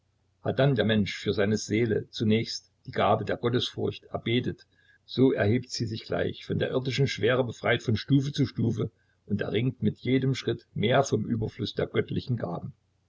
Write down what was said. hat dann der mensch für seine seele zunächst die gabe der gottesfurcht erbetet so erhebt sie sich gleich von der irdischen schwere befreit von stufe zu stufe und erringt mit jedem schritte mehr vom überfluß der göttlichen gaben